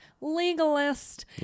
legalist